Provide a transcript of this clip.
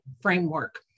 framework